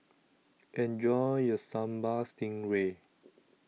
Enjoy your Sambal Stingray